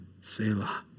Selah